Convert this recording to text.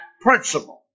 principle